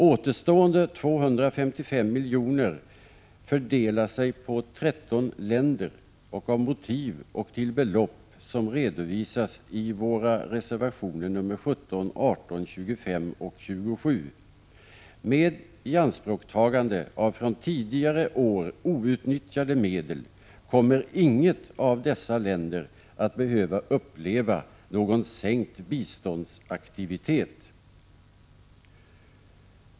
Återstående 255 milj.kr. fördelar sig på 13 länder, av motiv och till belopp som redovisas i våra reservationer 17, 18, 25 och 27. Med ianspråktagande av från tidigare år outnyttjade medel kommer inget av dessa länder att behöva uppleva någon sänkt biståndsaktivitet.